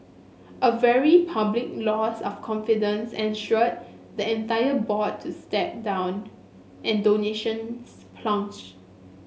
a very public loss of confidence ensued the entire board to stepped down and donations plunged